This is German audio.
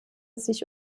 sich